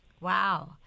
Wow